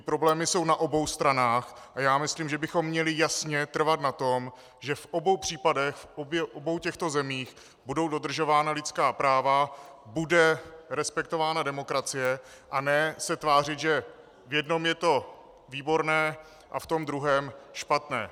Problémy jsou na obou stranách a myslím, že bychom měli jasně trvat na tom, že v obou případech, v obou těchto zemích budou dodržována lidská práva, bude respektována demokracie, a ne se tvářit, že v jednom je to výborné a v tom druhém špatné.